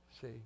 See